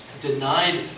denied